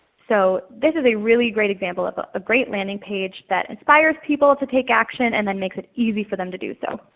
so this is a really great example of ah a great landing page that inspires people to take action, and then makes it easy for them to do so.